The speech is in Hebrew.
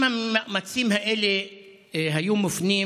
אם המאמצים האלה היו מופנים